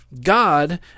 God